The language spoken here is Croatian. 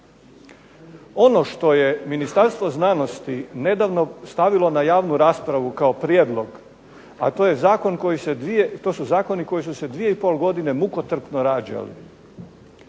Ono što je Ministarstvo znanosti nedavno stavilo na javnu raspravu kao prijedlog, a to su zakoni koji su se dvije i pol godine mukotrpno rađali.